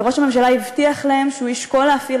וראש הממשלה הבטיח להם שהוא ישקול להפעיל